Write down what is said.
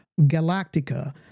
Galactica